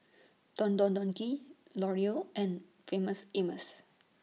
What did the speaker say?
Don Don Donki L'Oreal and Famous Amos